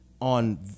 on